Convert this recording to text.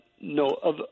No